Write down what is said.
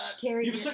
Carrie